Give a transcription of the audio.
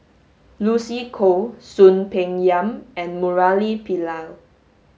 Lucy Koh Soon Peng Yam and Murali Pillai